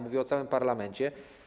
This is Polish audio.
Mówię o całym parlamencie.